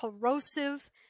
corrosive